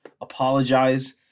apologize